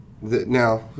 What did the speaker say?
Now